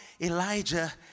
Elijah